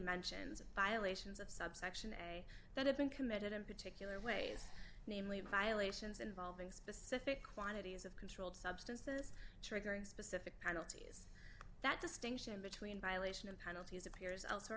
mentions violations of subsection a that have been committed in particular ways namely violations involving specific quantities of controlled substances triggering specific penalties that distinction between violation and penalties appears